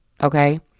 Okay